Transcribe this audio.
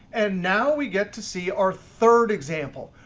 and now we get to see our third example.